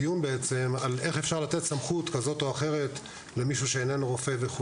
דיון איך אפשר לתת סמכות כזאת או אחרת למי שאיננו רופא.